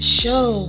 show